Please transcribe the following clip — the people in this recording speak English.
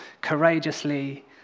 courageously